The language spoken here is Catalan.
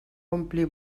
ompli